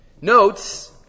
notes